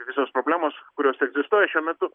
visos problemos kurios egzistuoja šiuo metu